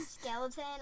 Skeleton